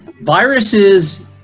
viruses